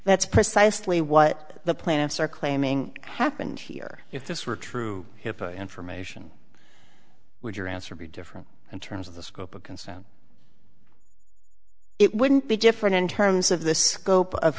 that's precisely what the plaintiffs are claiming happened here if this were true if the information would your answer be different in terms of the scope of consent it wouldn't be different in terms of the scope of